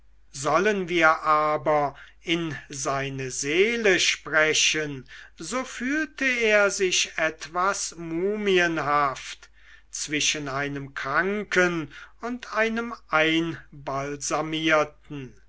sollen wir aber in seine seele sprechen so fühlte er sich etwas mumienhaft zwischen einem kranken und einem einbalsamierten